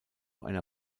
einer